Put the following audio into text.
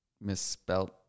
misspelled